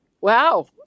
Wow